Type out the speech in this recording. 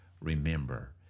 Remember